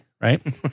right